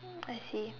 I see